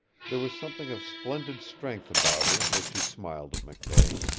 there was something of splendid strength about her as she smiled at mckay.